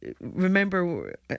remember